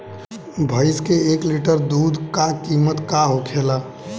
भैंस के एक लीटर दूध का कीमत का होखेला?